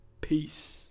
Peace